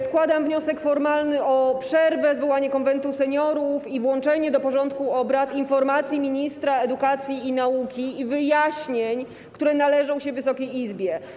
Składam wniosek formalny o przerwę, zwołanie Konwentu Seniorów i włączenie do porządku obrad informacji ministra edukacji i nauki i wyjaśnień, które należą się Wysokiej Izbie.